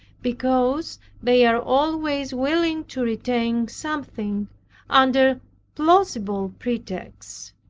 because they are always willing to retain something under plausible pretexts,